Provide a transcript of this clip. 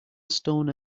stone